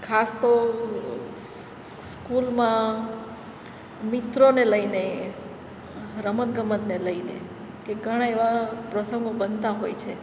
ખાસ તો સ્કૂલમાં મિત્રોને લઈને રમતગમતને લઈને કે ઘણા એવા પ્રસંગો બનતા હોય છે